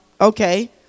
Okay